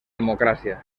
democràcia